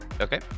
okay